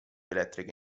elettriche